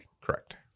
Correct